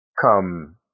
come